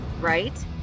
right